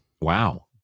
Wow